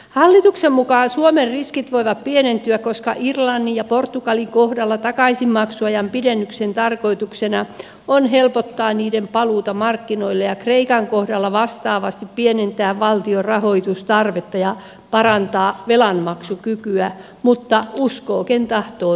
hallituksen mukaan suomen riskit voivat pienentyä koska irlannin ja portugalin kohdalla takaisinmaksuajan pidennyksen tarkoituksena on helpottaa niiden paluuta markkinoille ja kreikan kohdalla vastaavasti pienentää valtion rahoitustarvetta ja parantaa velanmaksukykyä mutta uskoo ken tahtoo tähänkin